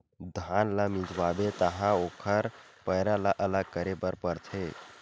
धान ल मिंजवाबे तहाँ ओखर पैरा ल अलग करे बर परथे